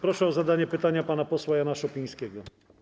Proszę o zadanie pytania pana posła Jana Szopińskiego.